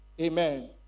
Amen